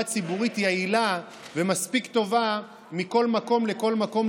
ציבורית יעילה ומספיק טובה מכל מקום לכל מקום,